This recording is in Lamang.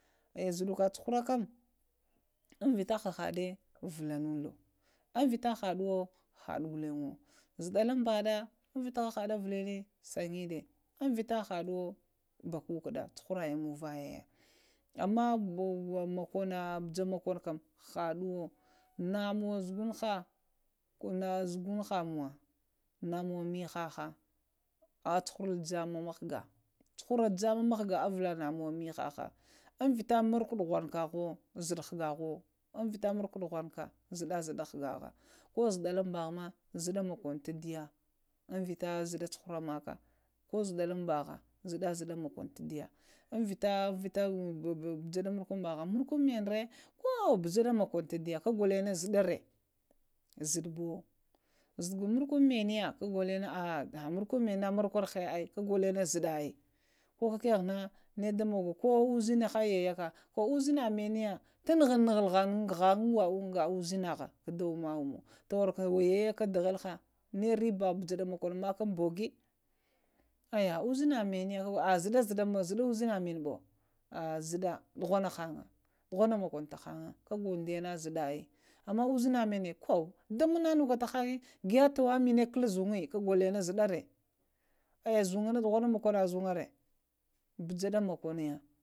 Eh zuɗuka cuhura kaŋ invita hahaɗə vulaŋulo ambita kaɗuwo, haɗu ghulwo zuɗulunbaɗa vita hahaɗa əvilni sa gəɗa vite haduwo bakukuɗa, cuharayin muŋvaya, amma ma mokona, bujan haɗuwo na nuwo zugunha, na zugunha muwa, namuwa mihaha awa cuhurul jamzma mghga, cuhura jama mghga avalin mihaha, ŋvita nmarakwə ɗughnaya, zaɗubu hagahuwo, vita marko ɗughnaka zuɗa hagaha, ko zuɗalaŋbaha ma da zuɗa makonəya tədiya ŋvita zaɗa cuhura maka, ko zaɗalaŋbaha zaɗa mokono tədiya, ŋvita ghjadi mghga ko morkuŋ manəya na bula mokono tədəa zaɗarə, zuɗaɓuwo, zuɗuɓu markuŋ manaya kagolo na, kagolo na markuŋ məniya marakwa ərhaya kagolo na zuɗa ai, ko kaka ghe na nədamogo ko uzənhayayaka ko uznaka maniya tuŋughuovo ghnga uzənhaha, tawaraka yoyə yayaka dhəlha, nə reɓa ɓujuɗo mokona ɓogo, əhya uzəna manəya ah zaɗa zaɗa uzəna maŋ ɓo dəvonahaŋ, ɗuvonə mokono tahaŋ, kagolo ɗəy na əɓ zuɓa əɓ, amna uzəna manə kwo, damana nuwake tahaŋyə, ah towa mənə kal zuŋyə, ma zuɗarə ah zuŋna, naghana mokona zung na rəa, ɓuyaɗa mokomya.